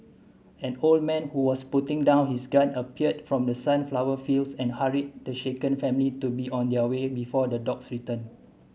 an old man who was putting down his gun appeared from the sunflower fields and hurried the shaken family to be on their way before the dogs return